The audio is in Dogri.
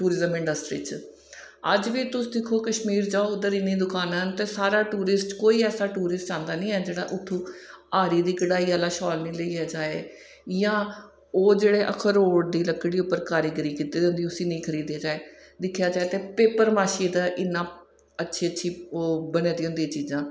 टूरिज्म इंडस्ट्रीज च अज्ज बी तुस दिक्खो कश्मीर च जाओ इन्नियां दकानां न सारा टूरिस्ट कोई ऐसा चाह्दा निं ऐ उत्थु'दा हारी दी कढ़ाई आह्ला नीं लेइयै जाए ओह् जेह्ड़े अखरोट दी लकड़ी उप्पर कारीगरी कित्ती दी होंदी उस्सी नेईं खरीदियै जाए दिक्खेआ जाए ते पेपर माशिये दा इ'न्ना अच्छी अच्छी बनी दियां होंदियां चीजां